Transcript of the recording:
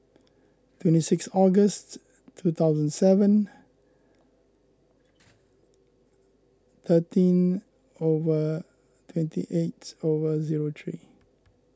twenty six August two thousand seven thirteen hour twenty eight hour zero three